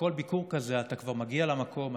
בכל ביקור כזה אתה כבר מגיע למקום,